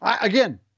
Again